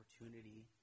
opportunity